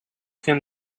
can